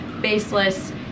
baseless